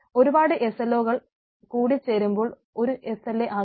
ഒരുപാട് SLO കൾകൂടി ചേരുമ്പോൾ ഒരു SLA ആകുന്നു